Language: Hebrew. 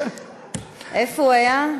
איפה הוא היה?